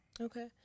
Okay